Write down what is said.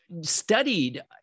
studied